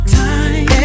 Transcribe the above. time